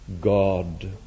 God